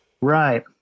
right